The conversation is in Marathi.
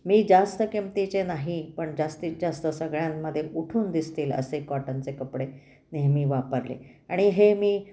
मी जास्त किमतीचे नाही पण जास्तीत जास्त सगळ्यांमध्ये उठून दिसतील असे कॉटनचे कपडे नेहमी वापरले आणि हे मी